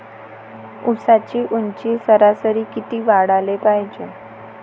ऊसाची ऊंची सरासरी किती वाढाले पायजे?